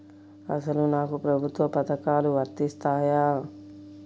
అసలు నాకు ప్రభుత్వ పథకాలు వర్తిస్తాయా?